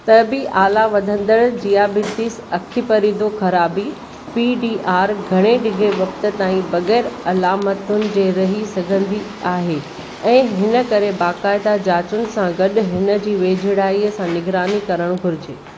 त बि आला वधंदड़ु ज़ियाबीतिस अखिपरिदो ख़राबी पीडीआर घणे ढिघे वक़्तु ताईं बगै़रु अलामतुनि जे रही सघंदी आहे ऐं हिन करे बाक़ायदा जांचुनि सां गडु॒ हिन जी वेझिड़ाईअ सां निगरानी करणु घुरिजे